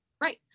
Right